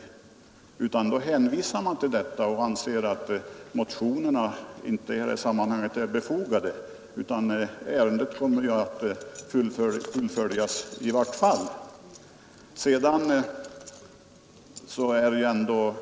Vi har i den situationen hänvisat till denna uppgift från departementet och konstaterat att det inte är nödvändigt att bifalla motionerna.